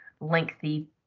lengthy